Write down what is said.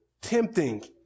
tempting